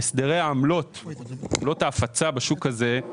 שהסדרי העמלות, עמלות ההפצה בשוק הזה,